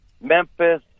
Memphis